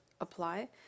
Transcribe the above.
apply